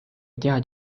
tead